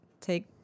take